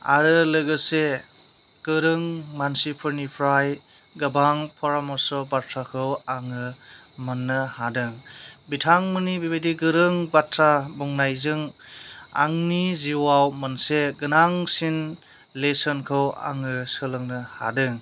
आरो लोगोसे गोरों मानसिफोरनिफ्राय गोबां परार्मस बाथ्राखौ आङो मोन्नो हादों बिथांमोननि बिबायदि गोरों बाथ्रा बुंनायजों आंनि जिउआव मोनसे गोनांसिन लिसोनखौ आङो सोलों हादों